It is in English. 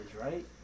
right